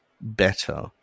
better